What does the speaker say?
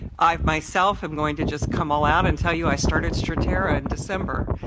i myself am going to just come all out and tell you i started stratera in december,